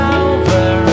over